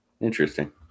Interesting